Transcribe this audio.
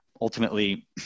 ultimately